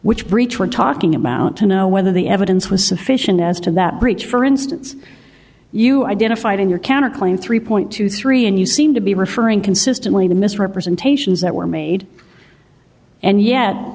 which breach we're talking about to know whether the evidence was sufficient as to that breach for instance you identified in your counter claim three point two three and you seem to be referring consistently to misrepresentations that were made and yet